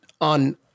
on